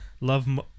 Love